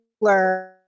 learn